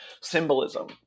symbolism